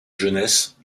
jeunesse